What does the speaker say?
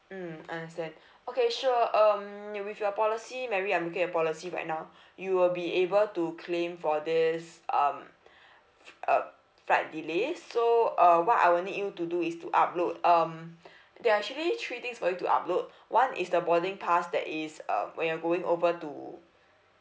mmhmm understand okay sure um you with your policy mary I'm looking at policy right now you will be able to claim for this um f~ uh flight delay so uh what I will need you to do is to upload um there are actually three things for you to upload one is the boarding pass that is um when you're going over to